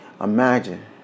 Imagine